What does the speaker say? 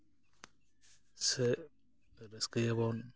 ᱥᱮ ᱨᱟᱹᱥᱠᱟᱹᱭᱟᱵᱚᱱ